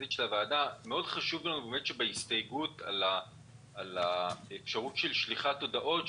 חשוב לנו שבהסתייגות על האפשרות של שליחת הודעות,